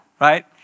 right